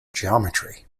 geometry